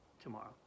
tomorrow